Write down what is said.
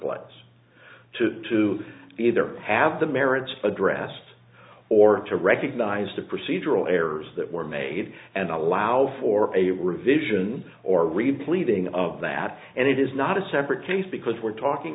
place to to either have the marriage addressed or to recognize the procedural errors that were made and allow for a revision or read pleading of that and it is not a separate case because we're talking